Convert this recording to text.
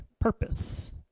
purpose